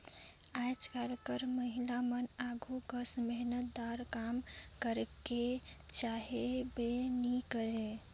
आएज काएल कर महिलामन आघु कस मेहनतदार काम करेक चाहबे नी करे